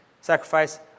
Sacrifice